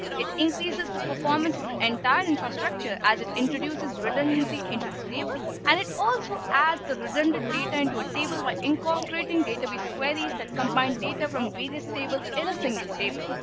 it increases the performance of the entire infrastructure as it introduces redundancy inter table and it also adds the redundant data into a table by incorporating database queries that combined data from various tables in a single table.